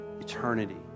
eternity